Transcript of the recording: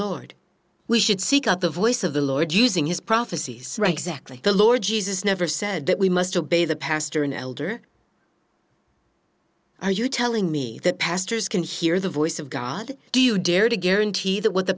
lord we should seek out the voice of the lord using his prophecies right exactly the lord jesus never said that we must obey the pastor an elder are you telling me that pastors can hear the voice of god do you dare to guarantee that what the